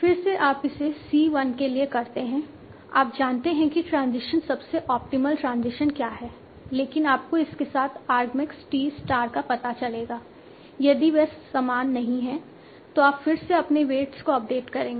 फिर से आप इसे c 1 के लिए करते रहते हैं आप जानते हैं कि ट्रांजिशन सबसे ऑप्टिमल ट्रांजिशन क्या है लेकिन आपको इसके साथ आर्ग्मैक्स t स्टार का पता चलेगा यदि वे समान नहीं हैं तो आप फिर से अपने वेट्स को अपडेट करेंगे